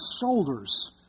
shoulders